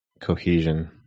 cohesion